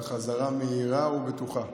וחזרה מהירה ובטוחה,